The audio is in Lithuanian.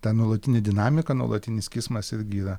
ta nuolatinė dinamika nuolatinis kismas irgi yra